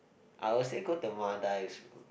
I will say go to Maldives